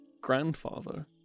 grandfather